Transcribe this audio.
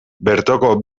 bertoko